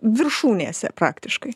viršūnėse praktiškai